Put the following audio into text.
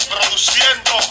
Produciendo